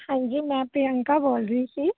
ਹਾਂਜੀ ਮੈਂ ਪ੍ਰਿਅੰਕਾ ਬੋਲ ਰਹੀ ਸੀ